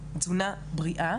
תזונה בריאה